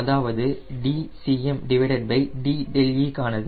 அதாவது dCmde க்கானது